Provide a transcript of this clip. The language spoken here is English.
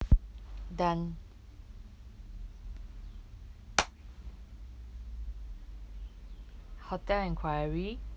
done hotel enquiry